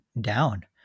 down